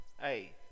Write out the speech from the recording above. Hey